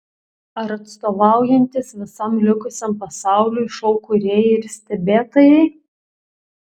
ar atstovaujantys visam likusiam pasauliui šou kūrėjai ir stebėtojai